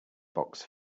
box